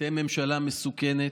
אתם ממשלה מסוכנת.